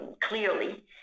clearly